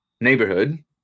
neighborhood